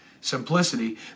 simplicity